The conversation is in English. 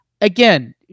again